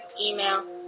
email